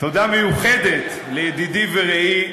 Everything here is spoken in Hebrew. תודה מיוחדת לידידי ורעי,